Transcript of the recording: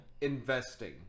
Investing